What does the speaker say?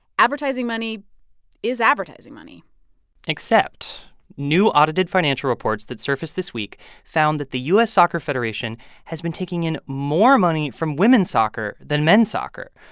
advertising money is advertising money except new audited financial reports that surfaced this week found that the u s. soccer federation has been taking in more money from women's soccer than men's soccer.